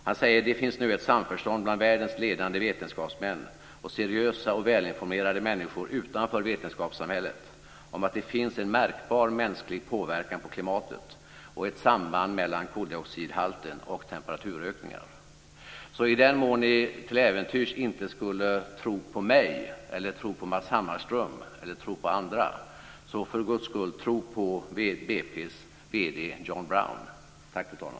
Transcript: Han säger: Det finns nu ett samförstånd bland världens ledande vetenskapsmän och seriösa och välinformerade människor utanför vetenskapssamhället om att det finns en märkbar mänsklig påverkan på klimatet och ett samband mellan koldioxidhalten och temperaturökningar. Så i den mån ni till äventyrs inte skulle tro på mig, på Matz Hammarström eller på andra - tro för Guds skull på BP:s vd John Brown! Tack, fru talman!